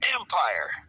empire